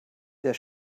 der